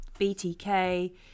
BTK